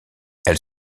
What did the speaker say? elle